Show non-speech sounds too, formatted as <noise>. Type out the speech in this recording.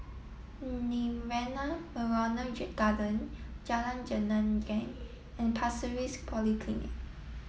Nirvana Memorial <unintelligible> Garden Jalan Gelenggang and Pasir Ris Polyclinic